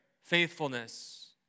faithfulness